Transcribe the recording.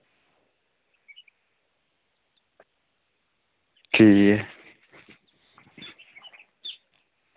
ठीक ऐ